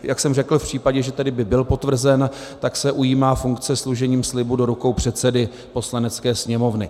Jak jsem řekl, v případě, že tedy by byl potvrzen, tak se ujímá funkce složením slibu do rukou předsedy Poslanecké sněmovny.